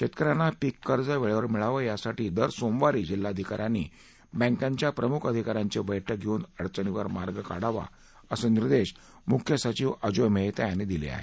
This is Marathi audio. शेतकऱ्यांना पीक कर्ज वेळेवर मिळावं यासाठी दर सोमवारी जिल्हाधिकाऱ्यांनी बॅकांच्या प्रमुख अधिकाऱ्यांची बळक घेऊन अडचणींवर मार्ग काढावा असे निर्देश मुख्य सचिव अजोय मेहता यांनी दिले आहेत